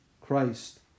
christ